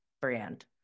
brand